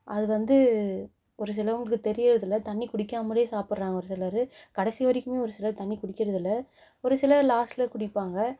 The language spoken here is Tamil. அதுவந்து ஒரு சிலவங்களுக்கு தெரிகிறது இல்லை தண்ணி குடிக்காமலேயே சாப்பிறாங்க ஒரு சிலர் கடைசி வரைக்குமே ஒரு சிலர் தண்ணி குடிக்கிறது இல்லை ஒரு சிலர் லாஸ்ட்டில் குடிப்பாங்க